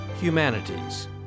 Humanities